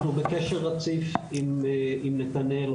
אנחנו בקשר רציף עם נתנאל,